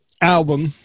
album